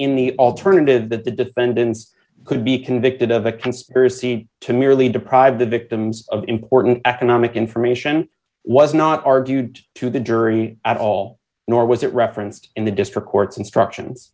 in the alternative that the defendants could be convicted of a conspiracy to merely deprive the victim's of important economic information was not argued to the jury at all nor was it referenced in the district court's instructions